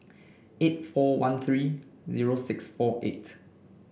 eight four one three zero six four eight